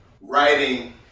writing